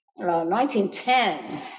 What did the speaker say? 1910